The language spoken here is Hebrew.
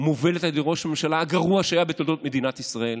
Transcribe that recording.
מובלת על ידי ראש הממשלה הגרוע שהיה בתולדות מדינת ישראל,